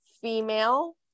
female